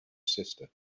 sister